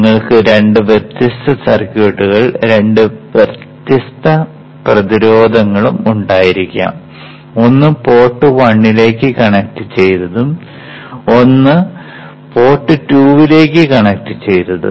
നിങ്ങൾക്ക് രണ്ട് വ്യത്യസ്ത സർക്യൂട്ടുകളും രണ്ട് വ്യത്യസ്ത പ്രതിരോധങ്ങളും ഉണ്ടായിരിക്കാം ഒന്ന് പോർട്ട് 1 ലേക്ക് കണക്റ്റ് ചെയ്തതും ഒന്ന് പോർട്ട് 2 ലേക്ക് കണക്റ്റ് ചെയ്തതും